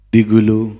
Digulu